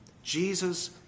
Jesus